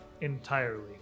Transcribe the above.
entirely